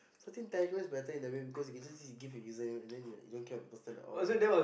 so I think Telegram is better in a way because it gives you give the username and then you like don't care about the person at all